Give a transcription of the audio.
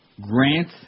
Grant